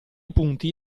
punti